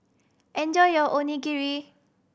enjoy your Onigiri